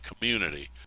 community